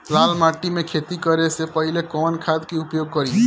लाल माटी में खेती करे से पहिले कवन खाद के उपयोग करीं?